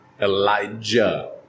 Elijah